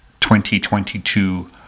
2022